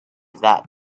that